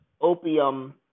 opium